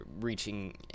reaching